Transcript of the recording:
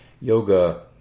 Yoga